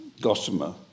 gossamer